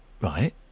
right